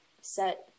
set